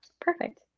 Perfect